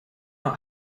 not